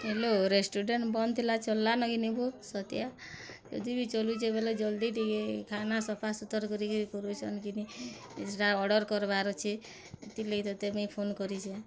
hello restaurant ବନ୍ଦଥିଲା ଚଲ୍ଲାନ କିନିଁ ବୋ ସତିଆ ଯଦି ବି ଚଲୁଛେ ବଲେ ଜଲଦି ଟିକେ ଖାନା ସଫାସୁତର୍ କରିକି କରୁଛନ୍ କିନି ସେଟା ଅର୍ଡର୍ କରବାର୍ ଅଛେ ସେଥିରଲାଗି ତୋତେ ମୁଇଁ ଫୋନ୍ କରିଛେଁ